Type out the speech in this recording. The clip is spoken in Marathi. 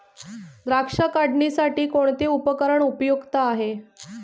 द्राक्ष काढणीसाठी कोणते उपकरण उपयुक्त आहे?